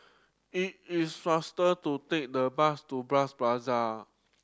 it is faster to take the bus to Bras Basah